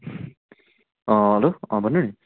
hello भन्नु नि